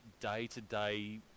day-to-day